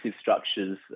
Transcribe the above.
structures